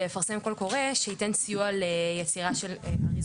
חברים אחרים מהפורום שהעסקים שלהם כבר לא קיימים אמרו: